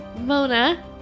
Mona